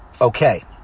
Okay